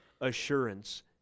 assurance